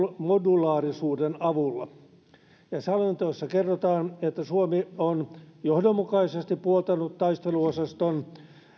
modulaarisuuden avulla selonteossa kerrotaan että suomi on johdonmukaisesti puoltanut taisteluosaston